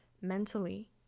mentally